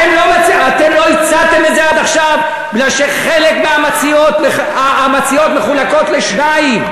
לא הצעתם את זה עד עכשיו בגלל שהמציעות מחולקות לשני חלקים: